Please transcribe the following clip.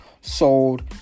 sold